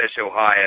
Ohio